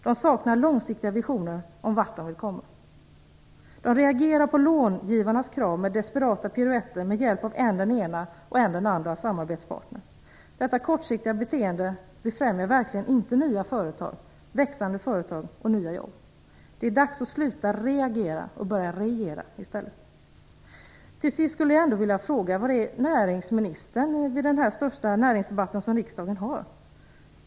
De saknar långsiktiga visioner om vart de vill komma. De reagerar på långivarnas krav med desperata piruetter med hjälp av än den ena, än den andra samarbetspartnern. Detta kortsiktiga beteende befrämjar verkligen inte nya företag, växande företag och nya jobb. Det är dags att sluta reagera och att i stället börja regera. Till sist skulle jag vilja fråga: Var är näringsministern under denna den största näringsdebatt som riksdagen genomför?